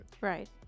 Right